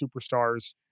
superstars